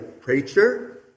preacher